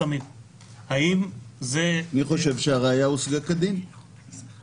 האם זה --- אני חושב שהראיה הושגה כדין,